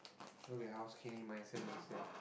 okay at how skinny myself looks here